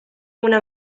una